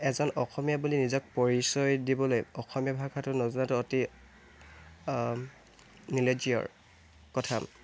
এজন অসমীয়া বুলি নিজক পৰিচয় দিবলৈ অসমীয়া ভাষা নজনাটো অতি নিৰ্লজ্জ কথা